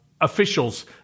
officials